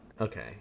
Okay